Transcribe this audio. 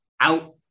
out